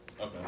Okay